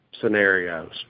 scenarios